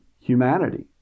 humanity